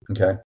okay